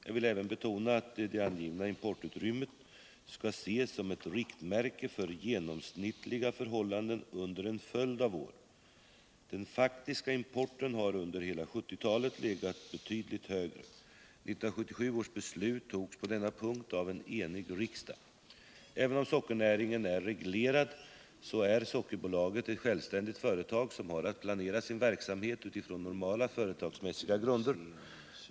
Jag vill även betona att det angivna importutrymmet skall ses som ett riktmärke för genomsnittliga förhållanden under en följd av år. Den faktiska importen har under hela 1970-talet legat betydligt högre. 1977 års beslut togs på denna punkt av en enig riksdag. Även om sockernäringen är reglerad så är Sockerbolaget ett självständigt företag som har att planera sin verksamhet utifrån normala företagsmässiga grunder.